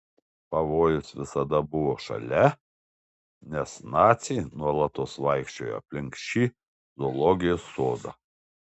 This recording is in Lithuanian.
pavojus visada buvo šalia nes naciai nuolatos vaikščiojo aplink šį zoologijos sodą